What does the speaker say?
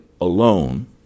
alone